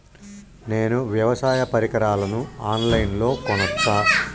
నేను వ్యవసాయ పరికరాలను ఆన్ లైన్ లో కొనచ్చా?